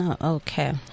Okay